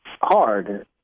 hard